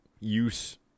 use